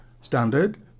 standard